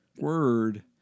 word